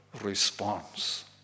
response